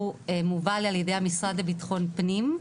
הוא מובל על ידי המשרד לביטחון פנים,